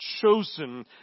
chosen